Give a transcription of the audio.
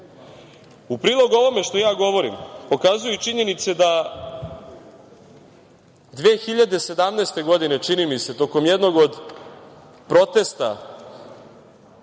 prilog ovome što govorim pokazuju i činjenice da su 2017. godine, čini mi se, tokom jednog od protesta